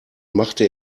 machte